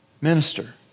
minister